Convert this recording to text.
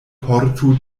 portu